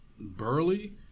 Burley